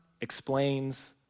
explains